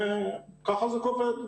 כך זה עובד.